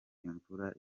imvura